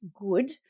good